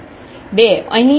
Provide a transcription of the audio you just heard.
બે અહીં